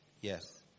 Yes